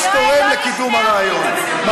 מדינה לשני עמים.